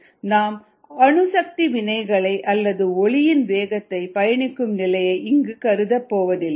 நாம் அணுசக்தி வினைகளை அல்லது ஒளியின் வேகத்தில் பயணிக்கும் நிலையை இங்கு நாம் கருதப் போவதில்லை